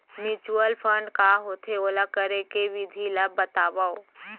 mutual fund का होथे, ओला करे के विधि ला बतावव